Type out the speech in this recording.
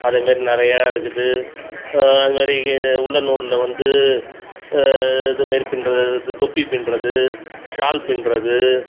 அதமாரி நிறையா இருக்குது அதுமாதிரி உல்ளன் நூலில் வந்து இதுமாரி பின்னுற இது தொப்பி பின்னுறது ஷால் பின்னுறது